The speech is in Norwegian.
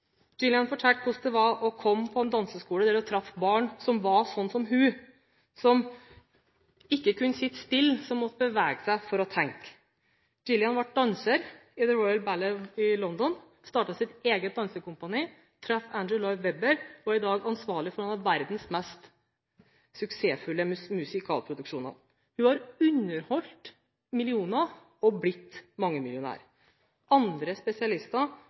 fortalte hvordan det var å komme til en danseskole der hun traff barn som var som henne, som ikke kunne sitte stille, som måtte bevege seg for å tenke. Gillian ble danser i The Royal Ballet i London, startet sitt eget dansekompani, traff Andrew Lloyd Webber og er i dag ansvarlig for noen av verdens mest suksessfulle musikalproduksjoner. Hun har underholdt millioner og har blitt mangemillionær. Andre spesialister